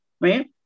right